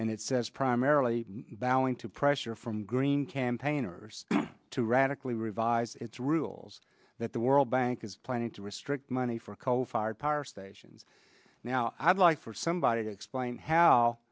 and it says primarily bowing to pressure from green campaigners to radically revise its rules that the world bank is planning to restrict money for coal fired power stations now i'd like for somebody to explain how